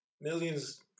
Millions